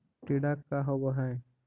टीडा का होव हैं?